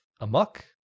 Amok